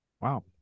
Wow